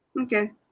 Okay